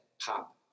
pop